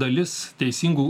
dalis teisingų